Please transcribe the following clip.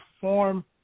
perform